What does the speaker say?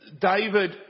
David